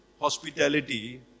hospitality